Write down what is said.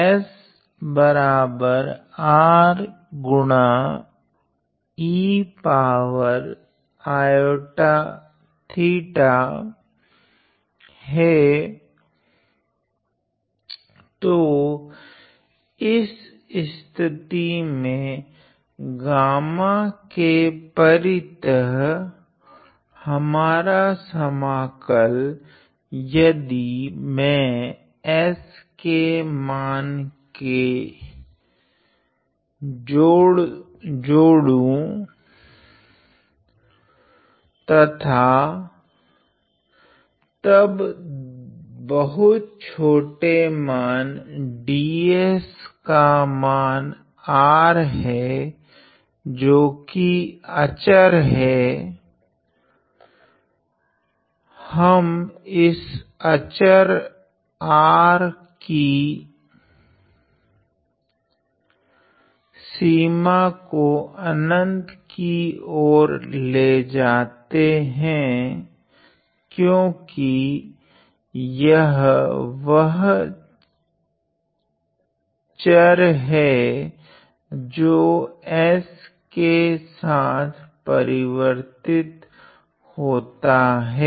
On P P पर तो इस स्थिती में गामा के परीतः हमारा समाकल यदि मैं s के मान के को जोड़ू तथा तब बहुत छोटे मान ds का मान R हैं जो की अचर है हम इस अचर R की सीमा को अनंत की ओर लेजते है क्योकि यह वह चार है जो s के साथ परिवर्तित होता हैं